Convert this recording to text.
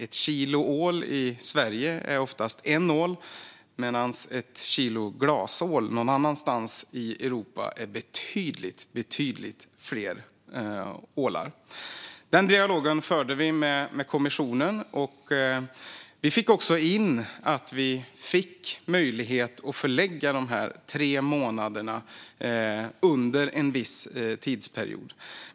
Ett kilo ål i Sverige är oftast en ål medan ett kilo glasål någon annanstans i Europa är betydligt fler ålar. Den dialogen förde vi med kommissionen. Vi fick också in att vi skulle få möjlighet att förlägga de tre månaderna under en viss tidsperiod.